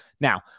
Now